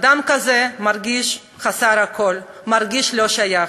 אדם כזה מרגיש חסר כול, מרגיש לא שייך.